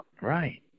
Right